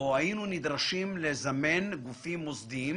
בו היינו נדרשים לזמן גופים מוסדיים,